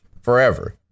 forever